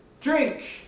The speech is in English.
drink